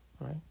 right